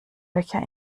löcher